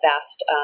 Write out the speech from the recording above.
vast